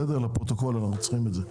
אנחנו צריכים את זה לפרוטוקול.